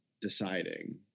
deciding